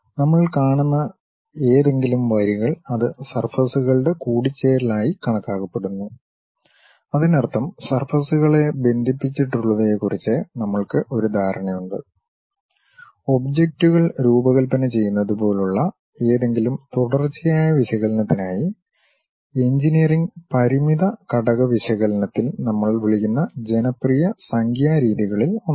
നമ്മൾ കാണുന്ന ഏതെങ്കിലും വരികൾ അത് സർഫസ്കളുടെ കൂടിച്ചേരൽ ആയി കണക്കാക്കപ്പെടുന്നു അതിനർത്ഥം സർഫസ്കളെ ബന്ധിപ്പിച്ചിട്ടുള്ളവയെക്കുറിച്ച് നമ്മൾക്ക് ഒരു ധാരണയുണ്ട് ഒബ്ജക്റ്റുകൾ രൂപകൽപ്പന ചെയ്യുന്നത് പോലുള്ള ഏതെങ്കിലും തുടർച്ചയായ വിശകലനത്തിനായി എഞ്ചിനീയറിംഗ് പരിമിത ഘടക വിശകലനത്തിൽ നമ്മൾ വിളിക്കുന്ന ജനപ്രിയ സംഖ്യാ രീതികളിൽ ഒന്ന്